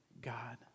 God